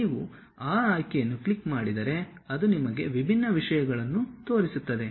ನೀವು ಆ ಆಯ್ಕೆಯನ್ನು ಕ್ಲಿಕ್ ಮಾಡಿದರೆ ಅದು ನಿಮಗೆ ವಿಭಿನ್ನ ವಿಷಯಗಳನ್ನು ತೋರಿಸುತ್ತದೆ